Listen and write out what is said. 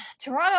Toronto